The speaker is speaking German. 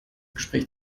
gespräch